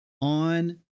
on